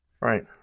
Right